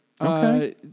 Okay